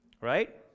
Right